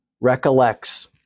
recollects